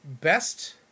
best